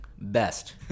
best